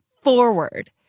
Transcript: forward